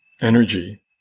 energy